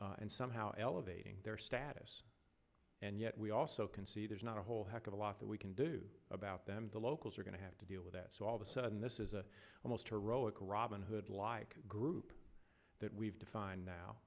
and somehow elevating their status and yet we also can see there's not a whole heck of a lot that we can do about them the locals are going to have to deal with that so all of a sudden this is the most heroic robin hood like group that we've defined now